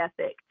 ethic